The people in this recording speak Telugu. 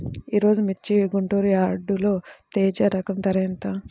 ఈరోజు మిర్చి గుంటూరు యార్డులో తేజ రకం ధర ఎంత?